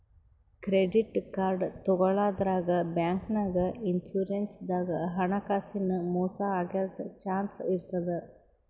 credit card ತಗೋಳಾದ್ರಾಗ್, ಬ್ಯಾಂಕ್ನಾಗ್, insurance ದಾಗ್ ಹಣಕಾಸಿನ್ ಮೋಸ್ ಆಗದ್ ಚಾನ್ಸ್ ಇರ್ತದ್